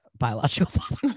biological